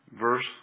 Verse